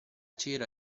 cera